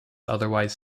otherwise